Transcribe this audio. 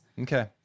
okay